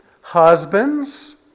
Husbands